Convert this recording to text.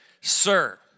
Sir